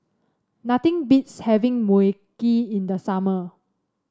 nothing beats having Mui Kee in the summer